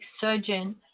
surgeon